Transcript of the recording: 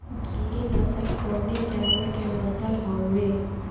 गिरी नश्ल कवने जानवर के नस्ल हयुवे?